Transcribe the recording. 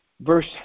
verse